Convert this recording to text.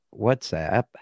WhatsApp